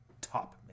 Top